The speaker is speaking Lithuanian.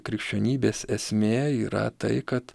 krikščionybės esmė yra tai kad